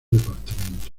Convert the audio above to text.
departamento